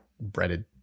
Breaded